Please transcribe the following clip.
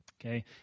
Okay